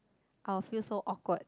I will feel so awkward